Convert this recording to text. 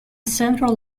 central